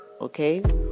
Okay